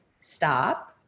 stop